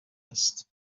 است